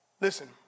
Listen